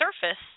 surface